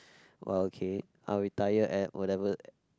!wah! okay I will retire at whatever